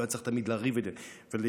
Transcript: לא היה צריך תמיד לריב ולהתקוטט,